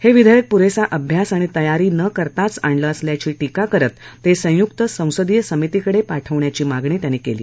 हे विधेयक पुरेसा अभ्यास आणि तयारी न करताच आणलं असल्याची शिक्रा करत ते संयुक संसदीय समितीकडे पाठवण्याची मागणी त्यांनी केली